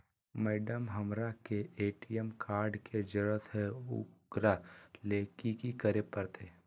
Madam, हमरा के ATM card के जरूरत है ऊकरा ले की की करे परते?